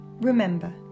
Remember